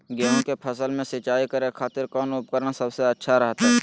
गेहूं के फसल में सिंचाई करे खातिर कौन उपकरण सबसे अच्छा रहतय?